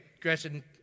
Gretchen